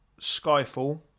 Skyfall